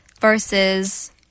versus